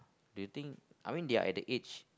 do you think I mean they are at the age